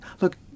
look